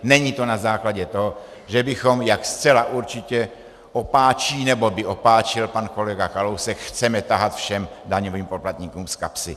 Není to na základě toho, že bychom, jak zcela určitě opáčí, nebo by opáčil pan kolega Kalousek, chceme tahat všem daňovým poplatníkům z kapsy.